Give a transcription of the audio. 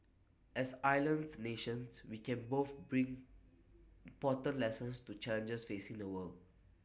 as island nations we can both bring important lessons to challenges facing the world